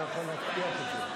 אני לא יכול להבטיח את זה.